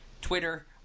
Twitter